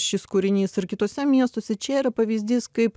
šis kūrinys ir kituose miestuose čia yra pavyzdys kaip